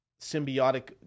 symbiotic